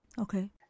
Okay